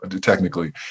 technically